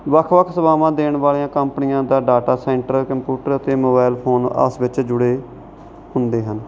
ਵੱਖ ਵੱਖ ਸੇਵਾਵਾਂ ਦੇਣ ਵਾਲੀਆਂ ਕੰਪਨੀਆਂ ਦਾ ਡਾਟਾ ਸੈਂਟਰ ਕੰਪਿਊਟਰ ਅਤੇ ਮੋਬਾਇਲ ਫੋਨ ਆਪਸ ਵਿੱਚ ਜੁੜੇ ਹੁੰਦੇ ਹਨ